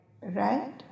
Right